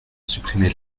supprimé